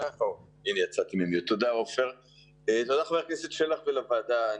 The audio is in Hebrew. תודה לחבר הכנסת שלח ולוועדה.